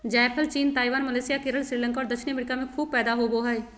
जायफल चीन, Taiwan, Malaysia, Kerala, Sri Lanka और दक्षिणी अमेरिका में खूब पैदा होबो हइ